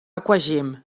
aquagym